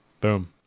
Boom